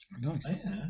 Nice